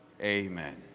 Amen